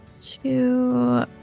Two